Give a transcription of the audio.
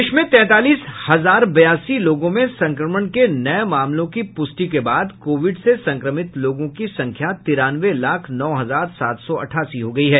देश में तैंतालीस हजार बयासी लोगों में संक्रमण के नये मामलों की प्रष्टि के बाद कोविड से संक्रमित लोगों की संख्या तिरानवे लाख नौ हजार सात सौ अट्ठासी हो गई है